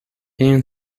and